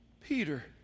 Peter